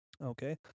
Okay